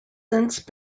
since